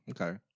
okay